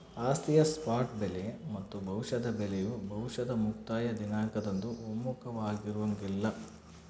ಆಸ್ತಿಯ ಸ್ಪಾಟ್ ಬೆಲೆ ಮತ್ತು ಭವಿಷ್ಯದ ಬೆಲೆಯು ಭವಿಷ್ಯದ ಮುಕ್ತಾಯ ದಿನಾಂಕದಂದು ಒಮ್ಮುಖವಾಗಿರಂಗಿಲ್ಲ